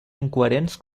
incoherents